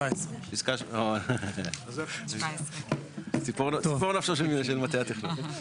17. ציפור נפשו של מטה התכנון.